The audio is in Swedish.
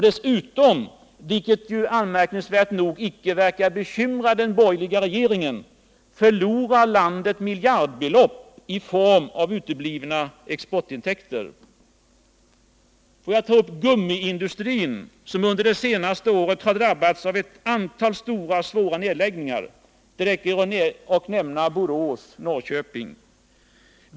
Dessutom, vilket anmärkningsvärt nog inte tycks bekymra den borgerliga regeringen, förlorar landet miljardbelopp i form av uteblivna exportintäkter. Gummiindustrin har under det senaste året drabbats av ett antal stora svåra nedläggningar. Det räcker att nämna Borås och Norrköping.